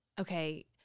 okay